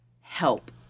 help